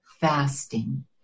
fasting